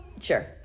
Sure